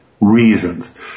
reasons